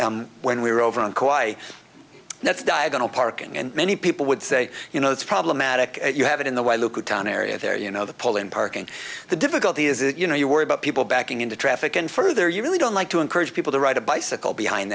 hood when we were over in co i that's diagonal parking and many people would say you know it's problematic you have it in the way local town area there you know the pull in parking the difficulty is that you know you worry about people backing into traffic and further you really don't like to encourage people to ride a bicycle behind